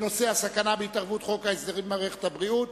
בנושא הסכנה בהתערבות חוק ההסדרים במערכת הבריאות,